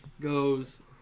goes